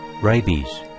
rabies